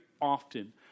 often